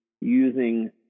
using